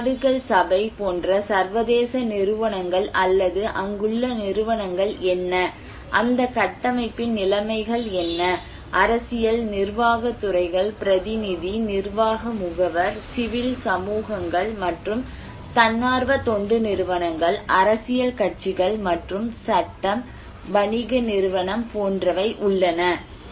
ஐக்கிய நாடுகள் சபை போன்ற சர்வதேச நிறுவனங்கள் அல்லது அங்குள்ள நிறுவனங்கள் என்ன அந்த கட்டமைப்பின் நிலைமைகள் என்ன அரசியல் நிர்வாகத் துறைகள் பிரதிநிதி நிர்வாக முகவர் சிவில் சமூகங்கள் மற்றும் தன்னார்வ தொண்டு நிறுவனங்கள் அரசியல் கட்சிகள் மற்றும் சட்டம் வணிக நிறுவனம் போன்றவை உள்ளன